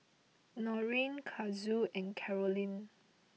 Norine Kazuo and Carolynn